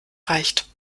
reicht